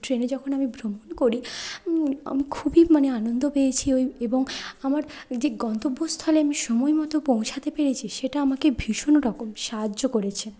ট্রেনে যখন আমি ভ্রমণ করি আমি খুবই মানে আনন্দ পেয়েছি ওই এবং আমার যে গন্তব্যস্থলে আমি সময় মতো পৌঁছাতে পেরেছি সেটা আমাকে ভীষণ রকম সাহায্য করেছে